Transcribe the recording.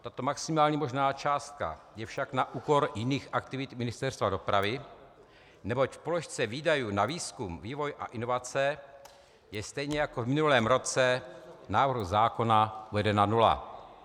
Tato maximální možná částka je však na úkor jiných aktivit Ministerstva dopravy, neboť v položce na výzkum, vývoj a inovace je stejně jako v minulém roce v návrhu zákona uvedena nula.